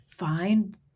Find